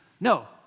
No